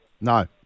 No